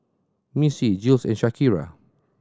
Missie Jules and Shakira